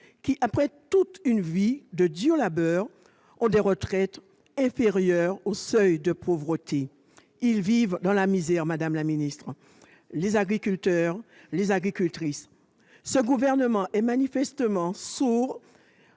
qui, après toute une vie de dur labeur, ont des retraites inférieures au seuil de pauvreté. Ils vivent dans la misère, madame la ministre ! Ce gouvernement est manifestement sourd.